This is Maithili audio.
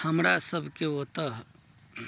हमरा सबके ओतऽ